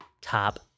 top